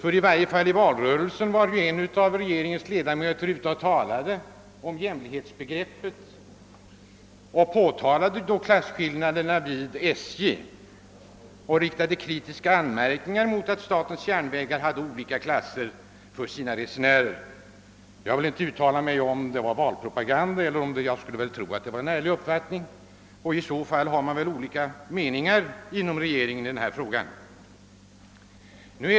I valrörelsen talade i varje fall en av regeringens ledamöter om jämlikhetsbegreppet och påtalade därvid klasskillnaderna vid statens järnvägar. Han riktade kritiska anmärkningar mot att statens järnvägar hade olika klasser för sina resenärer. Jag vill inte uttala mig om huruvida detta var valpropaganda, men jag skulle väl tro att det var en ärlig uppfattning. I så fall råder tydligen delade meningar inom regeringen i denna fråga.